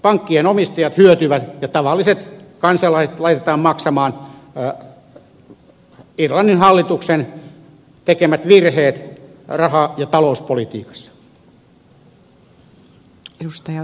pankkien omistajat hyötyvät ja tavalliset kansalaiset laitetaan maksamaan irlannin hallituksen tekemät virheet raha ja talouspolitii kassa